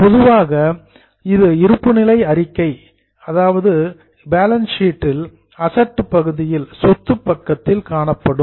பொதுவாக இது இருப்புநிலை அறிக்கையில் அசட் சொத்துப் பக்கத்தில் காணப்படும்